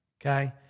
okay